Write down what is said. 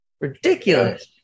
Ridiculous